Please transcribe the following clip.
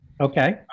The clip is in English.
Okay